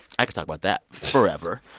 i could talk about that forever.